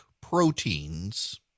proteins